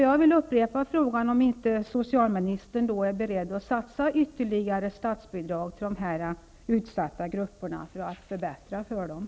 Jag vill upprepa frågan om inte socialministern är beredd att satsa ytterligare statsbidrag för att förbättra för dessa utsatta grupper.